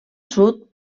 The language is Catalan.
sud